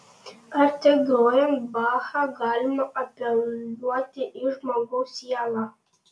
ar tik grojant bachą galima apeliuoti į žmogaus sielą